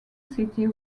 city